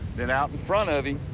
then out in front of him,